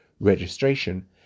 registration